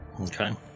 Okay